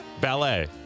Ballet